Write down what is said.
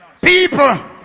people